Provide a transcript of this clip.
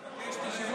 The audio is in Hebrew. אלחרומי,